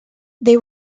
they